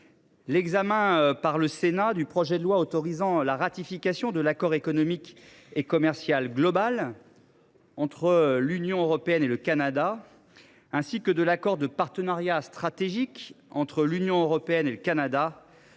l’examen, par le Sénat, du projet de loi autorisant la ratification de l’accord économique et commercial global entre l’Union européenne et le Canada – le (Ceta) – ainsi que de l’accord de partenariat stratégique entre l’Union européenne et le Canada